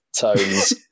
tones